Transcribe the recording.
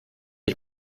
ich